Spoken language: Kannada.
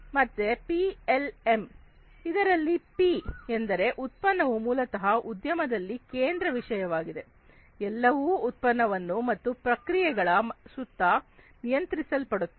ಮತ್ತೆ ಪಿ ಎಲ್ ಎಂ ಇದರಲ್ಲಿ ಪಿ ಪಿ ಎಂದರೆ ಉತ್ಪನ್ನವು ಮೂಲತಃ ಉದ್ಯಮದಲ್ಲಿ ಕೇಂದ್ರ ವಿಷಯವಾಗಿದೆ ಎಲ್ಲವೂ ಉತ್ಪನ್ನಗಳು ಮತ್ತು ಪ್ರಕ್ರಿಯೆಗಳ ಸುತ್ತ ನಿಯಂತ್ರಿಸಲ್ಪಡುತ್ತದೆ